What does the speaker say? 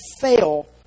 fail